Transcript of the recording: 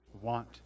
want